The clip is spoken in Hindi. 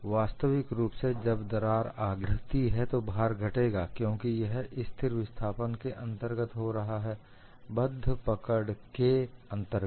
वास्तविक रुप से जब दरार आगे बढ़ती है तो भार घटेगा क्योंकि यह स्थिर विस्थापन के अंतर्गत हो रहा है बद्ध पकड़ के अंतर्गत